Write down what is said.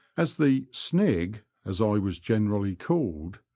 as the snig, as i was generally called,